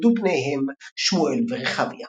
ונולדו בניהם שמואל ורחביה.